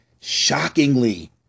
Shockingly